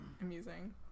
amusing